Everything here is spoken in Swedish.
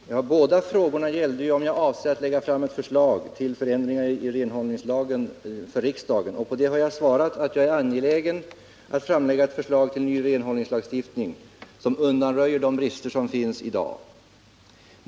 Herr talman! Båda frågorna gällde om jag avser att lägga fram ett förslag för riksdagen om förändringar i renhållningslagstiftningen. På detta har jag svarat att jag är angelägen att framlägga ett förslag till ny renhållningslagstiftning som undanröjer de brister som finns i dag.